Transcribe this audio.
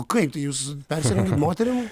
o kaip tai jūs persirengiat moterim